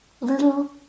little